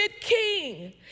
king